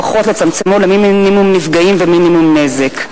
לפחות לצמצמו למינימום נפגעים ומינימום נזק.